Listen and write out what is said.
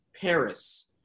Paris